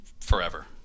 forever